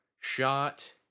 shot